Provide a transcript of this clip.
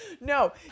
No